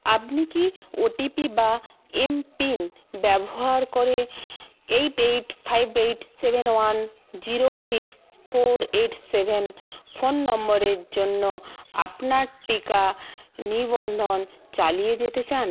আপনি কি ওটিপি বা এমপিন ব্যবহার করে eight eight five eight seven one zero six four eight seven phone নম্বরের জন্য আপনার টিকা নিবন্ধন চালিয়ে যেতে চান